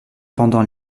pendant